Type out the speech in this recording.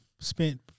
Spent